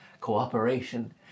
cooperation